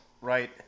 Right